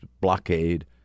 blockade